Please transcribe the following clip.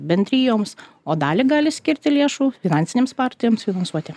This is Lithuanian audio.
bendrijoms o dalį gali skirti lėšų finansinėms partijoms finansuoti